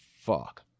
fuck